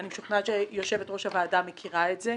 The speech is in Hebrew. אני משוכנעת שיושבת ראש הוועדה מכירה את זה.